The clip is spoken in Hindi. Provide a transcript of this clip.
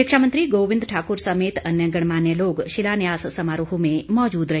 शिक्षा मंत्री गोविंद ठाकुर समेत अन्य गणमान्य लोग शिलान्यास समारोह में मौजूद रहे